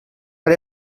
ara